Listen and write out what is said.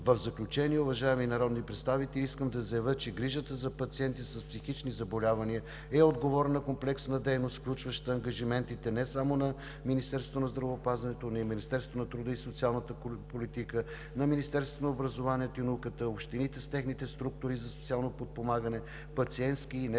В заключение, уважаеми народни представители, искам да заявя, че грижата за пациенти с психични заболявания е отговорна комплексна дейност, включваща ангажиментите не само на Министерството на здравеопазването, но и на Министерството на труда и социалната политика, на Министерството на образованието и науката, общините с техните структури за социално подпомагане, пациентски и неправителствени